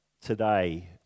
today